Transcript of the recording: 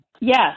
Yes